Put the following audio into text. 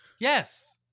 Yes